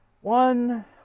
One